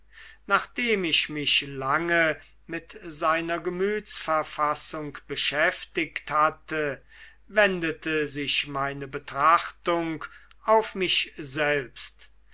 nachdem ich mich lange mit seiner gemütsverfassung beschäftigt hatte wendete sich meine betrachtung auf mich selbst